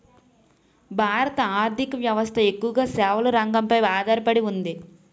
భారత ఆర్ధిక వ్యవస్థ ఎక్కువగా సేవల రంగంపై ఆధార పడి ఉంది